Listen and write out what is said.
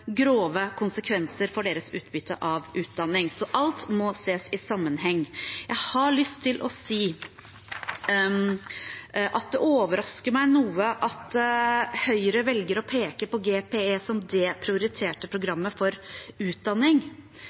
deres utbytte av utdanning. Alt må ses i sammenheng. Jeg har lyst til å si at det overrasker meg noe at Høyre velger å peke på GPE som det prioriterte programmet for utdanning,